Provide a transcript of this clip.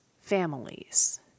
families